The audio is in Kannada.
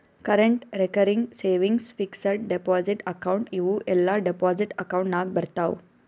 current, recurring, savings, fixed deposit account ಇವೂ ಎಲ್ಲಾ ಡೆಪೋಸಿಟ್ ಅಕೌಂಟ್ ನಾಗ್ ಬರ್ತಾವ್